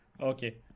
Okay